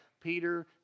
Peter